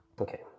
Okay